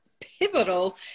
pivotal